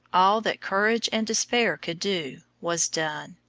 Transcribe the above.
all that courage and despair could do was done.